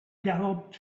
galloped